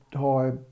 high